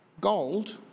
Gold